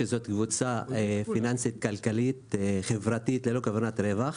שזאת קבוצה פיננסית-כלכלית-חברתית ללא מטרת רווח.